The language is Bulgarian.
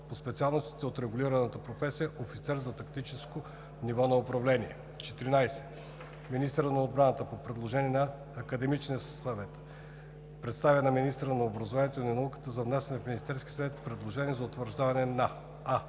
по специалности от регулираната професия „Офицер за тактическо ниво на управление“. 14. Министърът на отбраната по предложение на Академичния съвет представя на министъра на образованието и науката за внасяне в Министерския съвет предложение за утвърждаване на: